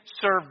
serve